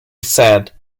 said